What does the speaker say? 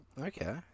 Okay